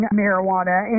marijuana